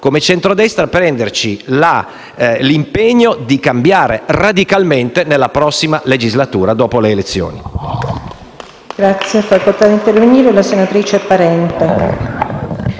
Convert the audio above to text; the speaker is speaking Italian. come centrodestra, dobbiamo prenderci l'impegno di cambiare radicalmente nella prossima legislatura dopo le elezioni.